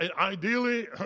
ideally